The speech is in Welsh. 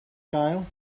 gael